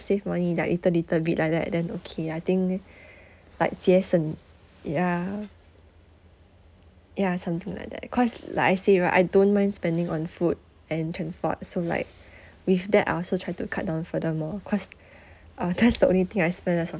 save money like little little bit like that then okay I think like jason ya ya something like that cause like I say right I don't mind spending on food and transport so like with that I also try to cut down furthermore cause uh that's the only thing I spend less on